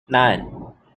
nine